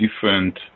different